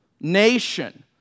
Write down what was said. nation